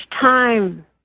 time